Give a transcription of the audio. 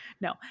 No